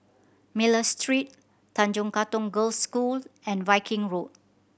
Miller Street Tanjong Katong Girls' School and Viking Road